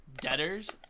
Debtors